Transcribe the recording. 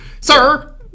Sir